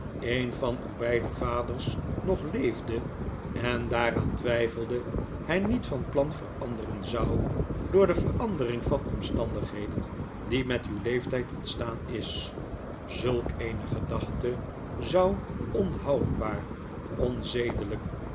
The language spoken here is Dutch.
een van uw beider vaders nog leefde en daaraan twijfelde hy niet van plan veranderen zou door de verandering van omstandigheden die met uw leeftyd ontstaan is zulk eene gedachte zou onhoudbaar